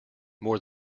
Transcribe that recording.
more